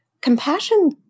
compassion